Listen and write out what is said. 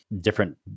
different